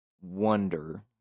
wonder